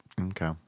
Okay